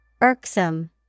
Irksome